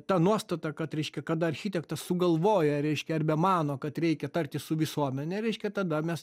ta nuostata kad reiškia kad architektas sugalvoja reiškia arbe mano kad reikia tartis su visuomene reiškia tada mes